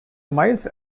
miles